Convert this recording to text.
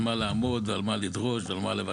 על מה לעמוד, את מה לדרוש, מה לבקש.